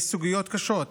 יש סוגיות קשות.